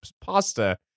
pasta